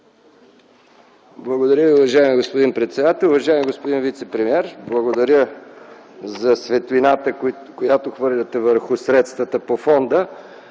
Благодаря Ви, уважаеми господин председател. Уважаеми господин вицепремиер, благодаря за светлината, която хвърляте върху средствата по фонда.